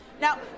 Now